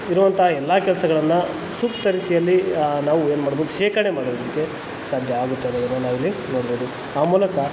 ಇರೋವಂಥ ಎಲ್ಲ ಕೆಲಸಗಳನ್ನ ಸೂಕ್ತ ರೀತಿಯಲ್ಲಿ ನಾವು ಏನು ಮಾಡ್ಬೋದು ಶೇಖರಣೆ ಮಾಡೋದಕ್ಕೆ ಸಾಧ್ಯ ಆಗುತ್ತೆ ಅನ್ನೋದನ್ನು ನಾವಿಲ್ಲಿ ನೋಡ್ಬೋದು ಆ ಮೂಲಕ